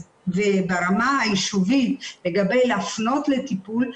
ברמה היישובים לגבי להפנות לטיפול,